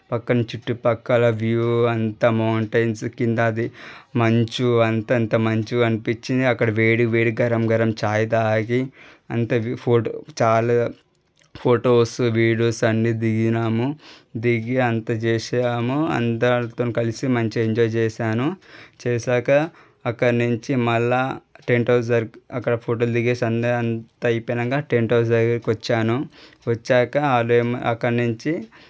పక్కన చుట్టుపక్కల వ్యూ అంతా మౌంటెన్స్ కింద అది మంచు అంత అంత మంచు కనిపించింది అక్కడ వేడివేడి గరం గరం చాయ్ తాగి అంటే ఫోటో చాలా ఫొటోస్ వీడియోస్ అన్ని దిగినాము దిగి అంత చేసాము అంత అందరితో కలిసి మంచిగా ఎంజాయ్ చేశాను చేశాక అక్కడి నుంచి మళ్ళా టెంట్ హౌస్ దగ్గర అక్కడ ఫోటోలు దిగేసి అది అంతా అయిపోయినాక టెంట్ హౌస్ దగ్గరికి వచ్చాను వచ్చాక వాళ్ళమో అక్కడి నుంచి